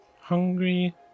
Hungry